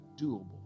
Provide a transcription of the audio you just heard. doable